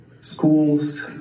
Schools